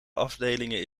afdelingen